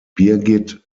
birgit